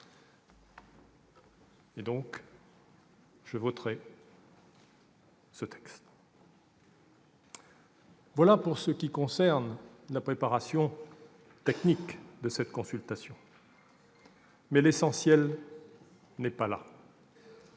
donc en faveur de ce texte. Voilà pour ce qui est de la préparation technique de cette consultation, mais l'essentiel n'est pas là.